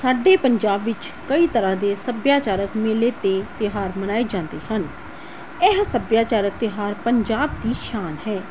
ਸਾਡੇ ਪੰਜਾਬ ਵਿੱਚ ਕਈ ਤਰ੍ਹਾਂ ਦੇ ਸੱਭਿਆਚਾਰਕ ਮੇਲੇ ਅਤੇ ਤਿਉਹਾਰ ਮਨਾਏ ਜਾਂਦੇ ਹਨ ਇਹ ਸੱਭਿਆਚਾਰਕ ਤਿਉਹਾਰ ਪੰਜਾਬ ਦੀ ਸ਼ਾਨ ਹੈ